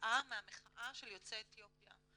כתוצאה מהמחאה של יוצאי אתיופיה.